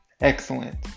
Excellent